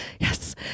yes